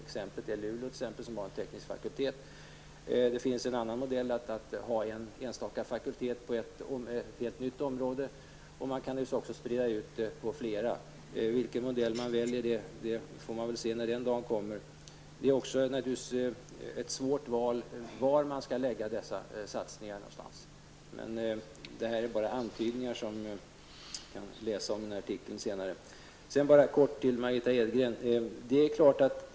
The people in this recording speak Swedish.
Luleå är ett exempel, där man har en teknisk fakultet. En annan modell är att ha en enstaka fakultet på ett helt nytt område. Man kan naturligtvis också sprida ut det på flera. Vilken modell man väljer får man väl se när den dagen kommer. Det blir naturligtvis ett svårt val att välja var man skall lägga dessa satsningar. Det här är dock bara antydningar, som ni kan läsa om i den här artikeln senare.